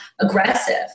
aggressive